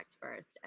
first